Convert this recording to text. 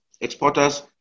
exporters